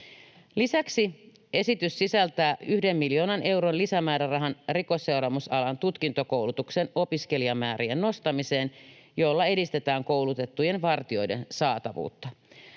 Lisäksi esitys sisältää 1 miljoonan euron lisämäärärahan rikosseuraamusalan tutkintokoulutuksen opiskelijamäärien nostamiseen, jolla edistetään koulutettujen vartijoiden saatavuutta.